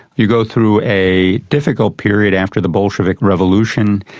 you go through a difficult period after the bolshevik revolution.